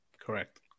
Correct